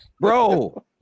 Bro